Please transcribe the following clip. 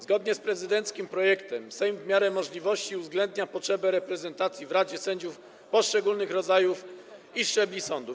Zgodnie z prezydenckim projektem Sejm w miarę możliwości uwzględnia potrzebę reprezentacji w radzie sędziów poszczególnych rodzajów i szczebli sądów.